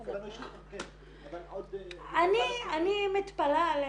לנו יש --- אבל עוד --- אני מתפלאת עליכם,